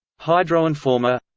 hydroinforma.